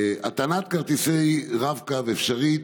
הטענת כרטיסי הרב-קו אפשרית